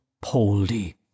Poldy